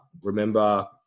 remember